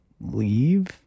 leave